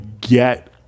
get